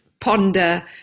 ponder